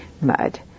mud